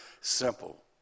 simple